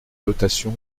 dotation